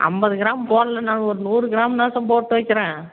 ஐம்பது கிராம் போடலைனாலும் ஒரு நூறு கிராம்னாச்சும் போட்டு வைக்கிறேன்